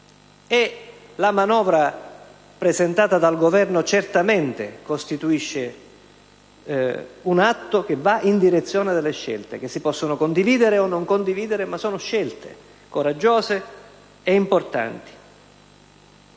la manovra presentata dal Governo certamente costituisce un atto che va in direzione delle scelte, che si possono condividere o meno, ma sono scelte coraggiose e importanti.